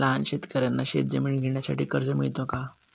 लहान शेतकऱ्यांना शेतजमीन घेण्यासाठी कर्ज मिळतो का?